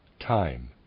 Time